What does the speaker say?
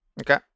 Okay